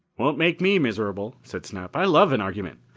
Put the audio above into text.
won't make me miserable, said snap. i love an argument.